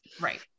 Right